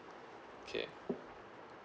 okay